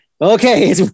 Okay